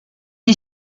est